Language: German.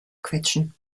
quetschen